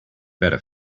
better